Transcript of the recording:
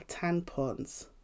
tampons